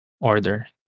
order